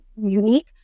unique